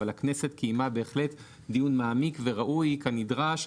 אבל הכנסת קיימה בהחלט דיון מעמיק וראוי כנדרש,